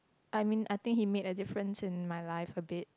I mean I think he made a difference in my life a bit